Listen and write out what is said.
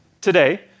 Today